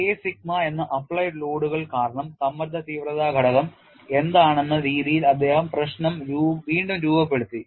K sigma എന്ന applied ലോഡുകൾ കാരണം സമ്മർദ്ദ തീവ്രത ഘടകം എന്താണെന്ന രീതിയിൽ അദ്ദേഹം പ്രശ്നം വീണ്ടും രൂപപ്പെടുത്തി